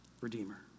Redeemer